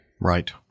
Right